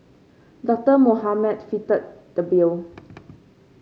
Doctor Mohamed fitted the bill